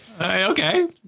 okay